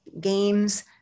games